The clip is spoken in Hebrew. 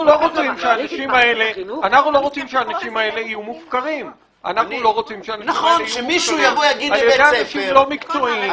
אנחנו לא רוצים שהאנשים האלה יהיו מופקרים על ידי אנשים לא מקצועיים,